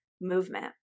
movement